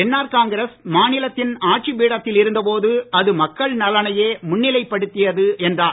NR Congress மாநிலத்தின் ஆட்சி பீடத்தில் இருந்த போது அது மக்கள் நலனையே முன்னிலைப்படுத்தியது என்றார்